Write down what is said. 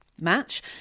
match